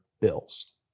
bills